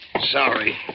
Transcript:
Sorry